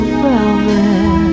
velvet